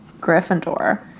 Gryffindor